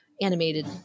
animated